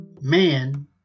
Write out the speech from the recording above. man